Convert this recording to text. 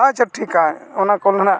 ᱟᱪᱪᱷᱟ ᱴᱷᱤᱠᱟ ᱚᱱᱟ ᱠᱚᱫᱚ ᱱᱟᱦᱟᱜ